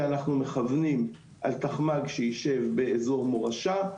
אנחנו מכוונים על תחמ"ג שיישב באזור מורשה,